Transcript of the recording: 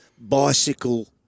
bicycle